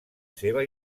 seva